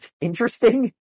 interesting